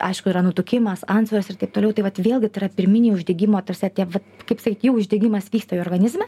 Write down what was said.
aišku yra nutukimas antsvoris ir taip toliau tai vat vėlgi tai yra pirminiai uždegimo ta prasme tie vat kaip sakyt jau uždegimas vyksta į organizme